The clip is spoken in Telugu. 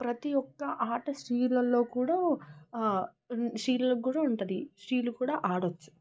ప్రతి ఒక్క ఆట స్త్రీలలో కూడా స్త్రీలకు కూడా ఉంటుంది స్త్రీలు కూడా ఆడొచ్చు